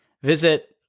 Visit